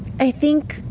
i think,